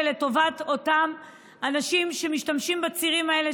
לטובת אותם אנשים שמשתמשים בצירים האלה,